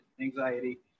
anxiety